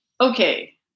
Okay